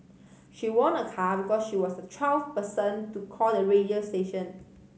she won a car because she was the twelfth person to call the radio station